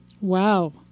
Wow